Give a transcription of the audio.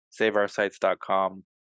Saveoursites.com